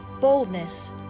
boldness